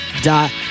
dot